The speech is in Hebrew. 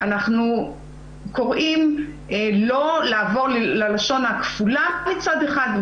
אנחנו קוראים לא לעבור ללשון הכפולה מצד אחד,